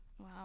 wow